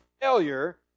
failure